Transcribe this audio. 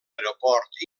aeroport